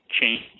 change